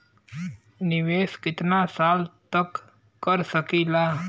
निवेश कितना साल तक कर सकीला?